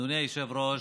אדוני היושב-ראש,